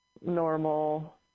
normal